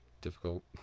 difficult